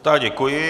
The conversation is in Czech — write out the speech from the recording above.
Tak děkuji.